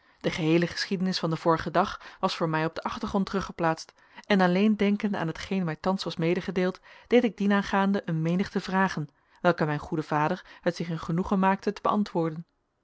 de geheele geschiedenis van den vorigen dag was voor mij op den achtergrond teruggeplaatst en alleen denkende aan hetgeen mij thans was medegedeeld deed ik dienaangaande een menigte vragen welke mijn goede vader het zich een genoegen maakte te beantwoorden